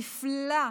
נפלא,